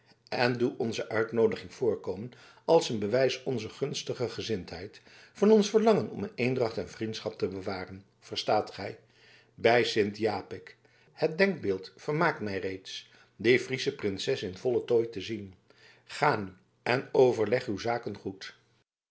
en doe onze uitnoodiging voorkomen als een bewijs onzer gunstige gezindheid van ons verlangen om eendracht en vriendschap te bewaren verstaat gij bij sint japik het denkbeeld vermaakt mij reeds die friesche prinses in vollen tooi te zien ga nu en overleg uw zaken goed